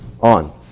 on